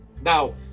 Now